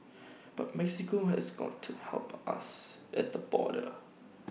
but Mexico has got to help us at the border